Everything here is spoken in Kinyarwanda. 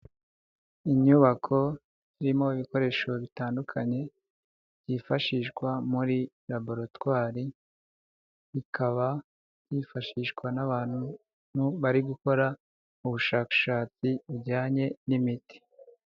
Inyubako irimo ibikoresho bitandukanye byifashishwa muri Laboratwari, bikaba byifashishwa n'abantu bari gukora ubushakashatsi bujyanye n'imiti.